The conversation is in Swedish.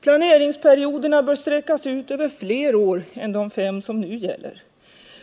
Planeringsperioden bör sträckas ut över fler år än de fem som nu gäller.